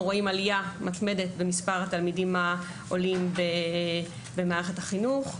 אנחנו רואים עלייה מתמדת במספר התלמידים העולים במערכת החינוך.